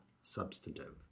substantive